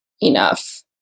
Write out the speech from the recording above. enough